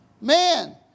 Man